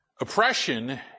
Oppression